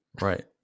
right